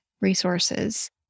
resources